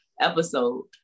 episode